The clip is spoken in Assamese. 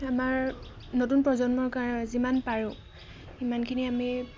আমাৰ নতুন প্ৰজন্মৰ কাৰণে যিমান পাৰোঁ সিমানখিনি আমি